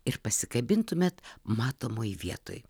ir pasikabintumėt matomoj vietoj